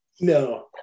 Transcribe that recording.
No